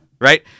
right